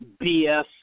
BS